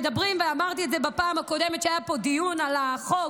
אמרתי את זה בפעם הקודמת כשהיה פה דיון על החוק,